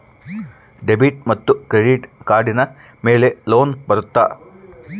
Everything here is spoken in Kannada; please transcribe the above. ಡೆಬಿಟ್ ಮತ್ತು ಕ್ರೆಡಿಟ್ ಕಾರ್ಡಿನ ಮೇಲೆ ಲೋನ್ ಬರುತ್ತಾ?